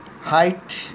Height